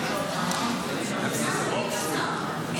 אושרה בקריאה